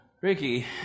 Ricky